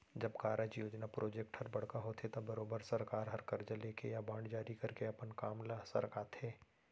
जब कारज, योजना प्रोजेक्ट हर बड़का होथे त बरोबर सरकार हर करजा लेके या बांड जारी करके अपन काम ल सरकाथे